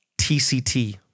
TCT